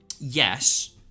yes